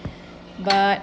but